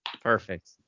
Perfect